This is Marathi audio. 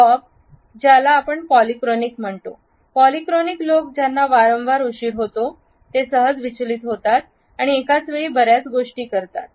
बॉब ज्याला आपण पॉलीफोनिक म्हणतो पॉलीफोनिक लोक ज्यांना वारंवार उशीर होतो आणि सहज विचलित होतो आणि एकाच वेळी बर्याच गोष्टी करतो